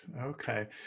Okay